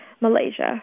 Malaysia